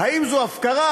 האם זו הפקרה?